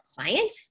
client